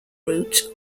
route